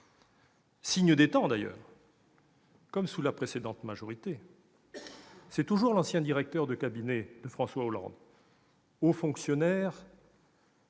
Signe des temps, d'ailleurs, comme sous la majorité précédente, c'est toujours l'ancien directeur de cabinet de François Hollande, haut fonctionnaire